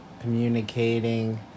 communicating